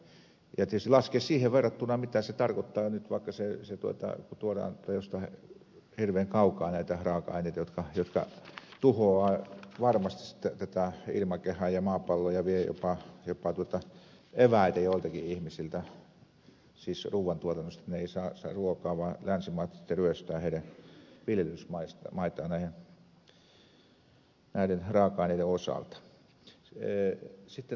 tietysti se täytyy laskea siihen verrattuna mitä se tarkoittaa kun vaikka tuodaan jostain hirveän kaukaa näitä raaka aineita jotka tuhoavat varmasti tätä ilmakehää ja maapalloa ja vievät jopa eväitä joiltakin ihmisiltä siis ruuantuotannosta kun ne eivät saa ruokaa vaan länsimaat sitten ryöstävät heidän viljelysmaitaan näiden raaka aineiden osalta